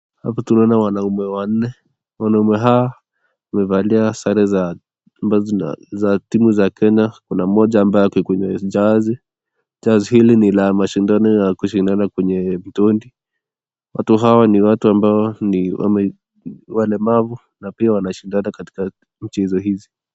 Wanaume wanne wamevalia sare ambazo ni za timu ya Kenya, kuna mmoja ambaye ana jazi ambayo ni ya mashindano ya kushindana kwenye ndondi. Ni watu ambao ni walemavu na pia wanashindana katika michezo hizi